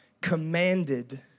commanded